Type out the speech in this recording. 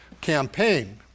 campaign